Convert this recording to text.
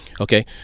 okay